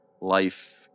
life